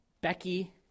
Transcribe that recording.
Becky